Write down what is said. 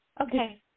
Okay